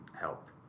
helped